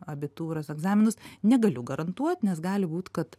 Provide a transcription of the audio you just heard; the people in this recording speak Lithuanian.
abitūros egzaminus negaliu garantuot nes gali būt kad